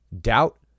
Doubt